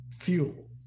fuel